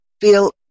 feel